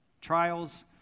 trials